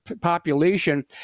population